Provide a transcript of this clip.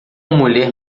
mulher